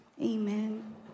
amen